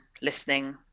listening